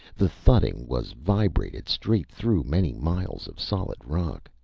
the thudding was vibrated straight through many miles of solid rock.